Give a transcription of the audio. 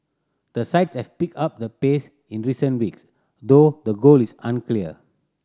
the sides have picked up the pace in recent weeks though the goal is unclear